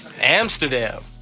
Amsterdam